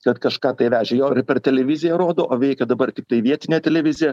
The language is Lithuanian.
kad kažką tai vežė jau ir per televiziją rodo o veikia dabar tiktai vietinė televizija